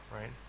right